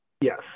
Yes